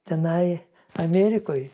tenai amerikoj